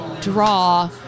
draw